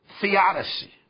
theodicy